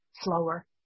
slower